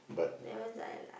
that ones I like